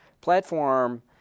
platform